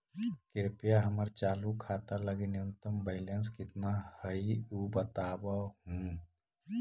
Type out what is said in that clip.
कृपया हमर चालू खाता लगी न्यूनतम बैलेंस कितना हई ऊ बतावहुं